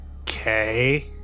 okay